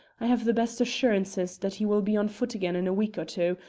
i have the best assurances that he will be on foot again in a week or two,